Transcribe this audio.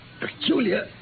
Peculiar